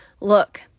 Look